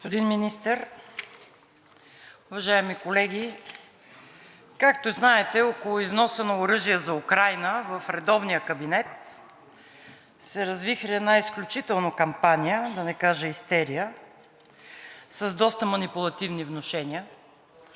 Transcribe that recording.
Господин Министър, уважаеми колеги! Както знаете, около износа на оръжие за Украйна в редовния кабинет се развихри една изключителна кампания, да не кажа истерия с доста манипулативни внушения.